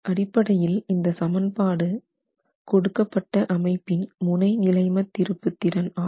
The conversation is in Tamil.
அடிப்படையில் இந்த சமன்பாடு கொடுக்கப்பட்ட அமைப்பின் முனைநிலைமத் திருப்புத்திறன் ஆகும்